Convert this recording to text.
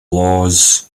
laws